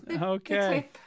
Okay